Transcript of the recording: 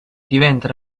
diventa